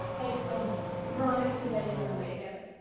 like um veronica and betty run away together.